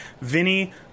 Vinny